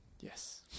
Yes